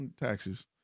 taxes